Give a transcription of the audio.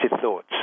thoughts